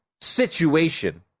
situation